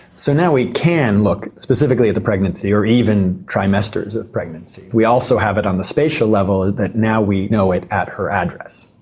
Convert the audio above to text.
so now we can look specifically at the pregnancy or even trimesters of pregnancy. we also have it on the spatial level that now we know it at her address.